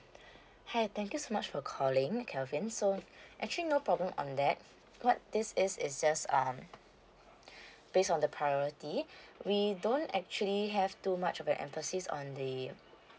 hi thank you so much for calling kelvin so actually no problem on that what this is is just um based on the priority we don't actually have too much of an emphasis on the mm